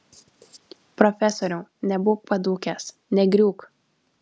profesoriau nebūk padūkęs negriūk